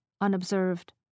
unobserved